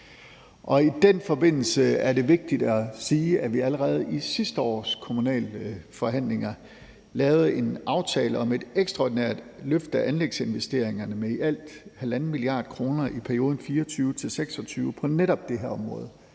I den forbindelse er det vigtigt at sige, at vi allerede i sidste års kommunale forhandlinger lavede en aftale om et ekstraordinært løft af anlægsinvesteringerne med i alt 1,5 mia. kr. i perioden 2024-2026 på netop det her område